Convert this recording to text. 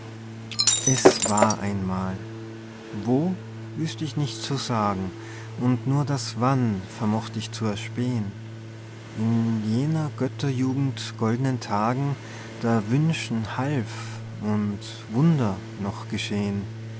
es war einmal wo wüßt ich nicht zu sagen und nur das wann vermocht ich zu erspähn in jener götterjugend goldnen tagen da wünschen half und wunder noch geschehn